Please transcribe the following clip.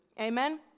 Amen